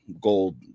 gold